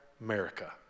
America